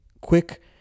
quick